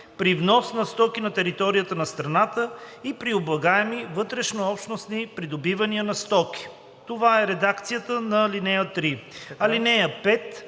при внос на стоки на територията на страната и при облагаеми вътрешнообщностни придобивания на стоки.“ Това е редакцията на ал. 3.